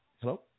hello